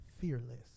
fearless